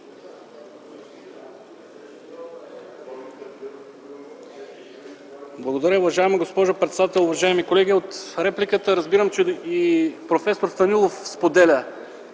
Благодаря. Уважаема госпожо председател, уважаеми колеги! От репликата разбирам, че и проф. Станилов споделя